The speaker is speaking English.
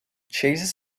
chases